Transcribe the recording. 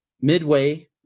Midway